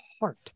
heart